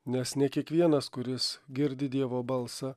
nes ne kiekvienas kuris girdi dievo balsą